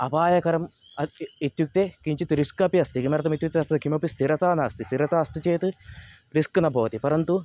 अपायकरम् अत् इत्युक्ते किञ्चित् रिस्क् अपि अस्ति किमर्थम् इत्युक्ते अत्र स्थिरता नास्ति स्थिरता अस्ति चेत् रिस्क् न भवति परन्तु